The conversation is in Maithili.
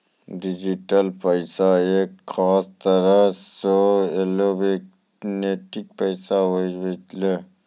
डिजिटल पैसा एक खास तरह रो एलोकटानिक पैसा हुवै छै